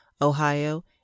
Ohio